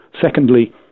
Secondly